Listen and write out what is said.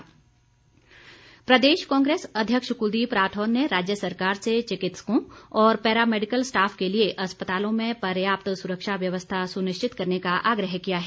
राठौर प्रदेश कांग्रेस अध्यक्ष कुलदीप राठौर ने राज्य सरकार से चिकित्सकों और पैरा मैडिकल स्टाफ के लिए अस्पतालों में पर्याप्त सुरक्षा व्यवस्था सुनिश्चित करने का आग्रह किया है